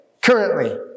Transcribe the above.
currently